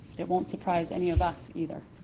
it won't surprise any of us either.